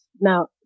now